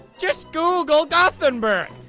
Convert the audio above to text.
just google gothamberg!